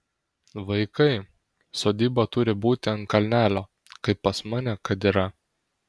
vaikai sodyba turi būti ant kalnelio kaip pas mane kad yra